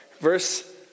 Verse